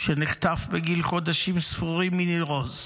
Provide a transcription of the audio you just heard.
שנחטף בגיל חודשים ספורים מניר עוז.